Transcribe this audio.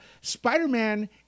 Spider-Man